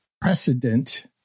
precedent